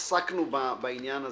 התעסקנו בעניין הזה,